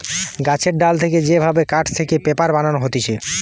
গাছের ডাল থেকে যে ভাবে কাঠ থেকে পেপার বানানো হতিছে